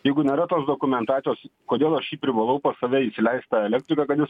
jeigu nėra tos dokumentacijos kodėl aš jį privalau pas save įsileist tą elektriką kad jis